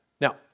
Now